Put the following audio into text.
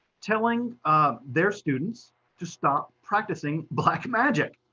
telling um their students to stop practicing black magic.